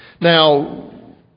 Now